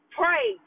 pray